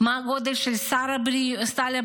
מה הגודל של סל הבריאות,